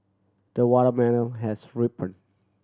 the watermelon has ripened